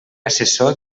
assessor